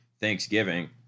Thanksgiving